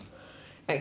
okay